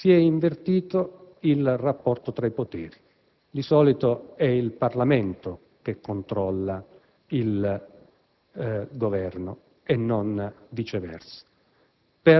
Si è invertito il rapporto tra i poteri; di solito è il Parlamento che controlla il Governo e non viceversa.